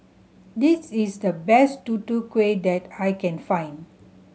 this is the best Tutu Kueh that I can find